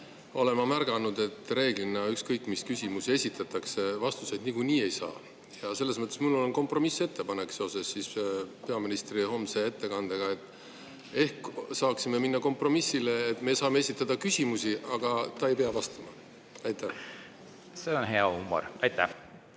olen ma märganud, et reeglina, ükskõik mis küsimusi esitatakse, vastuseid niikuinii ei saa. Selles mõttes mul on kompromissettepanek seoses peaministri homse ettekandega. Ehk saaksime minna kompromissile, et me saame esitada küsimusi, aga ta ei pea vastama? See on hea huumor. Aitäh!